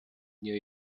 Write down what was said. new